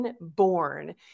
born